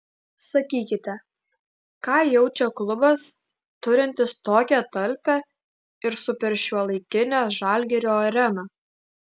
sakykite ką jaučia klubas turintis tokią talpią ir superšiuolaikinę žalgirio areną